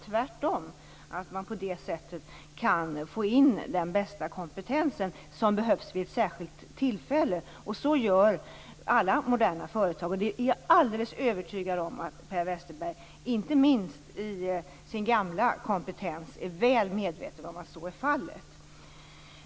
Tvärtom tycker man att den bästa kompetensen vid ett särskilt tillfälle kommer in på det sättet. Så gör alla moderna företag, och jag är övertygad om att Per Westerberg, inte minst i egenskap av sin gamla kompetens, är väl medveten om att så är fallet.